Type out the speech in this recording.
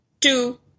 Two